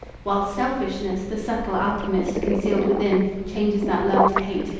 while selfishness, the subtle alchemist concealed within, changes that love to hate,